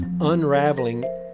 unraveling